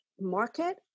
market